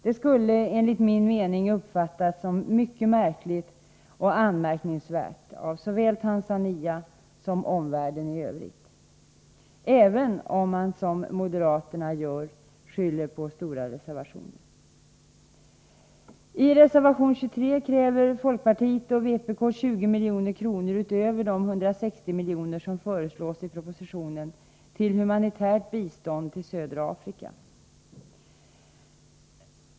Det skulle enligt min mening uppfattas som mycket märkligt och anmärkningsvärt av såväl Tanzania som omvärlden, även om man, som moderaterna gör, skyller på stora reservationer. I reservation 23 kräver folkpartiet och vpk 20 miljoner utöver de 160 miljoner som föreslås i propositionen till humanitärt stöd till södra Afrika.